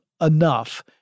enough